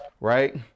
right